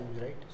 right